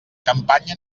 campanya